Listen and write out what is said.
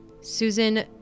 Susan